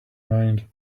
mind